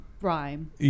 rhyme